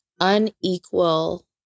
unequal